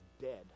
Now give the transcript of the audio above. dead